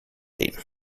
date